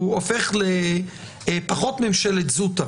הוא הופך לפחות ממשלת זוטא,